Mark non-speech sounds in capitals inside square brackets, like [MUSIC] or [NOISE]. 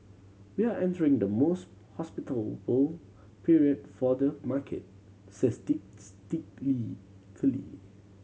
we are entering the most hospitable period for the market [UNINTELLIGIBLE]